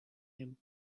him